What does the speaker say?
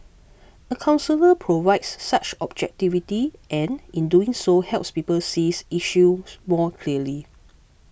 a counsellor provides such objectivity and in doing so helps people sees issues more clearly